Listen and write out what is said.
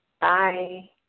Bye